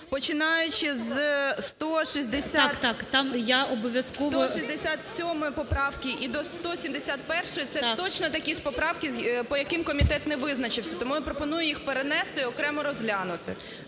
О.С. …167 поправки і до 171-ї, це точно такі ж поправки, по яким комітет не визначився. Тому я пропоную їх перенести і окремо розглянути.